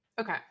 Okay